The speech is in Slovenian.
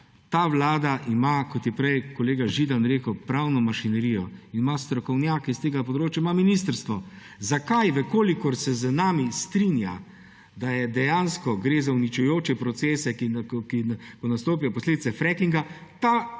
Ta vlada ima, kot je prej kolega Židan rekel, pravno mašinerijo, ima strokovnjake s tega področja, ima ministrstvo. Zakaj, v kolikor se z nami strinja, da dejansko gre za uničujoče procese, ko nastopijo posledice frackinga, ta